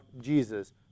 Jesus